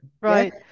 Right